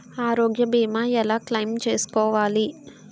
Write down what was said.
ఆరోగ్య భీమా ఎలా క్లైమ్ చేసుకోవాలి?